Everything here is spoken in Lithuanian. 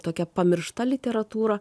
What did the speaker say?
tokia pamiršta literatūra